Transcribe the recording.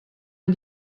man